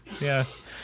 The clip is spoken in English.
Yes